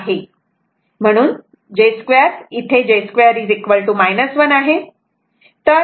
म्हणून j 2 1 आहे